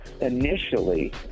Initially